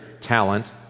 talent